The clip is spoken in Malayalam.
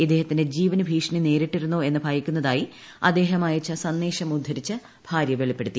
ഇദ്ദേഹത്തിന്റെ ജീവനു ഭീഷണി നേരിട്ടിരുന്നോ എന്നു ഭയക്കുന്നതായി അദ്ദേഹം അയച്ച സന്ദേശം ഉദ്ധരിച്ച് ഭാര്യ വെളിപ്പെടുത്തി